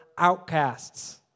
outcasts